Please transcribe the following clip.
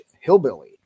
Hillbilly